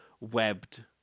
webbed